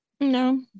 No